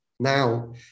now